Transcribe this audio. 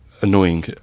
annoying